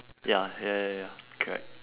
ya ya ya ya ya correct